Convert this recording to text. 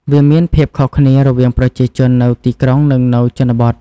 វាមានភាពខុសគ្នារវាងប្រជាជននៅទីក្រុងនិងនៅជនបទ។